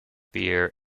beer